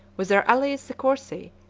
with their allies the corsi,